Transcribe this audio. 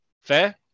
Fair